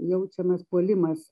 jaučiamas puolimas